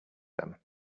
them